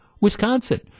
Wisconsin